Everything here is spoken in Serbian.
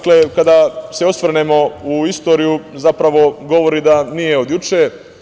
Kada se osvrnemo u istoriju, zapravo, govori da nije od juče.